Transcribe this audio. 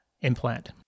implant